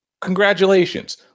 Congratulations